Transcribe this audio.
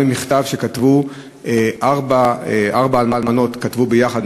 גם במכתב שכתבו ארבע האלמנות יחד,